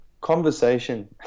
conversation